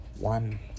one